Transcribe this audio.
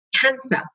cancer